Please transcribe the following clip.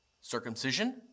Circumcision